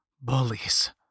Bullies